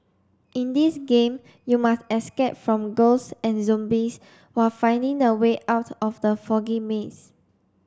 in this game you must escape from ghosts and zombies while finding the way out of the foggy maze